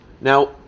Now